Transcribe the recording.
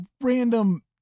random